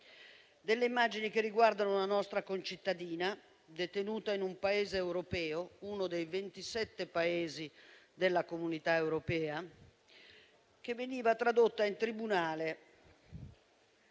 Sono immagini che riguardano una nostra concittadina, detenuta in un Paese europeo, uno dei 27 Paesi dell'Unione europea, che veniva tradotta in tribunale